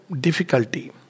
difficulty